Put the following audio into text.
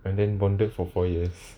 but then bonded for four years